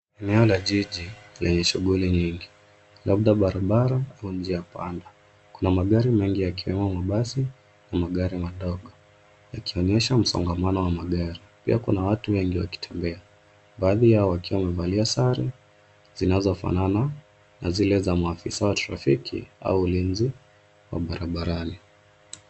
Eneo la jiji lenye shughuli nyingi labda barabara au njia panda. Kuna magari mengi yakiwemo mabasi na magari madogo yakionyesha msongamano wa magari. Pia kuna watu wengi wakitembea baadhi yao wakiwa wamevalia sare zinazofanana na zile za maafisa wa trafiki au ulinzi wa barabarani.